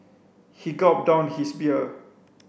he gulped down his beer